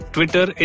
Twitter